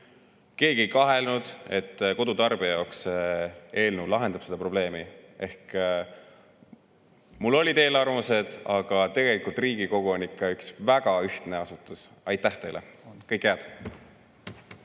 Keegi ei kahelnud, et kodutarbija jaoks see eelnõu lahendab probleemi. Mul olid eelarvamused, aga tegelikult on Riigikogu ikka üks väga ühtne asutus. Aitäh teile! Kõike head!